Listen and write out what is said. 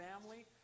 family